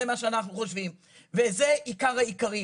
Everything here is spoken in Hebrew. זה מה שאנחנו חושבים וזה עיקר העיקרים.